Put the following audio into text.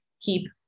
keep